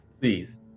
Please